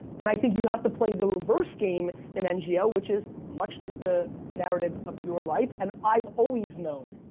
and i think you need to play the reverse game in ngo which is much like the narrative of your life and i've always known,